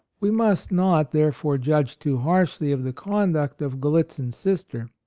we must not, therefore, judge too harshly of the conduct of gallitzin's sister.